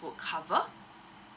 would cover